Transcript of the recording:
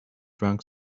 drank